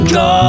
go